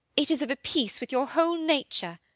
it is of a piece with your whole nature!